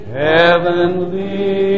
heavenly